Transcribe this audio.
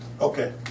Okay